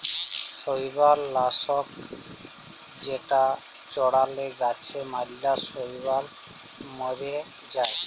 শৈবাল লাশক যেটা চ্ড়ালে গাছে ম্যালা শৈবাল ম্যরে যায়